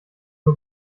nur